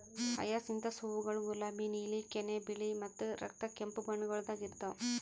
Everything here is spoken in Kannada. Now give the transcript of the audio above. ಹಯಸಿಂಥಸ್ ಹೂವುಗೊಳ್ ಗುಲಾಬಿ, ನೀಲಿ, ಕೆನೆ, ಬಿಳಿ ಮತ್ತ ರಕ್ತ ಕೆಂಪು ಬಣ್ಣಗೊಳ್ದಾಗ್ ಇರ್ತಾವ್